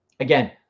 Again